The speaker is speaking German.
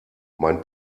mein